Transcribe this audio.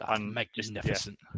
Magnificent